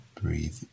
Breathe